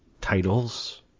titles